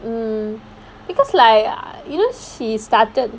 mm because like err you know she started